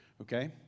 Okay